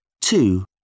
Two